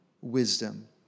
wisdom